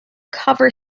cover